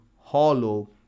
hollow